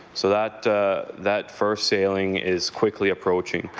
so that that first sailing is quickly approaching.